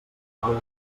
qual